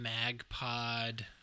Magpod